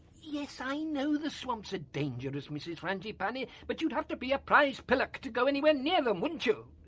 yes, i know the swamps are dangerous, mrs frangipane, but you'd have to be a prize pillock to go anywhere near them, wouldn't you.